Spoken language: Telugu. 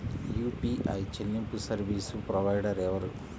యూ.పీ.ఐ చెల్లింపు సర్వీసు ప్రొవైడర్ ఎవరు?